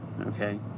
okay